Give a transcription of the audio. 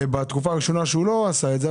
בתקופה הראשונה שהוא לא עשה את זה,